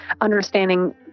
understanding